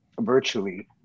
virtually